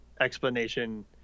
explanation